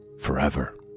forever